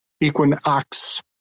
Equinox